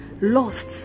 lost